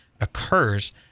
occurs